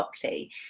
properly